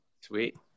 Sweet